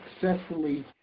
successfully